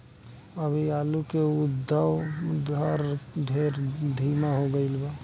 अभी आलू के उद्भव दर ढेर धीमा हो गईल बा